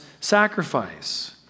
sacrifice